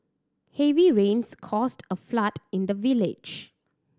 heavy rains caused a flood in the village